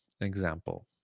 Example